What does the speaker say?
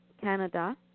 Canada